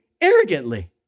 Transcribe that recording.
arrogantly